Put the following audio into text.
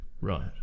right